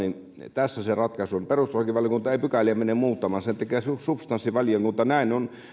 tässä se ratkaisu on perustuslakivaliokunta ei pykäliä mene muuttamaan sen tekee substanssivaliokunta